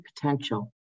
potential